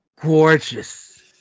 Gorgeous